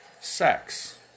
sex